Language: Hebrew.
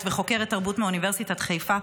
וחוקרת תרבות מאוניברסיטת חיפה,